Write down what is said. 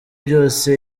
byose